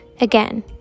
Again